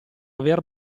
aver